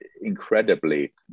incredibly